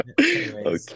okay